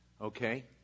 Okay